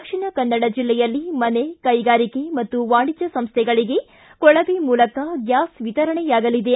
ದಕ್ಷಿಣ ಕನ್ನಡ ಜಿಲ್ಲೆಯಲ್ಲಿ ಮನೆ ಕೈಗಾರಿಕೆ ಮತ್ತು ವಾಣಿಜ್ಯ ಸಂಸ್ಥೆಗಳಗೆ ಕೊಳವೆ ಮೂಲಕ ಗ್ವಾಸ್ ವಿತರಣೆಯಾಗಲಿದೆ